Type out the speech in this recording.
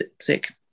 sick